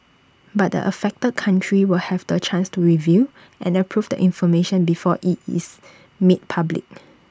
but the affected country will have the chance to review and approve the information before IT is made public